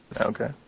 Okay